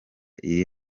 iri